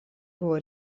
buvo